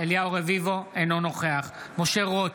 אינו נוכח משה רוט,